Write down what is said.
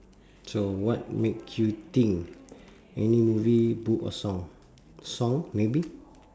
so what makes you think any movie book or song song maybe